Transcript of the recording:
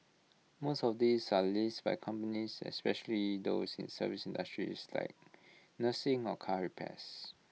most of these are leased by companies especially those in service industries like nursing or car repairs